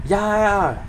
ya ya ya